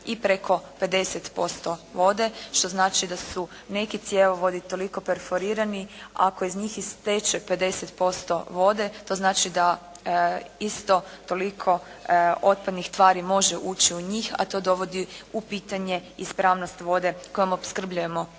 i preko 50% vode što znači da su neki cjevovodi toliko perforirani. Ako iz njih isteče 50% vode to znači da isto toliko otpadnih tvari može ući u njih a to dovodi u pitanje ispravnost vode kojom opskrbljujemo